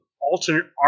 alternate